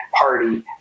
party